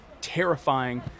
terrifying